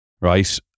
right